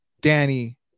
Danny